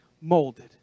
molded